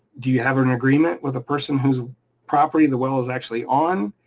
do you have an agreement with the person who's property and the well was actually on?